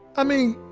i mean,